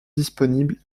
disponibles